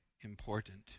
important